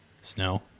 Snow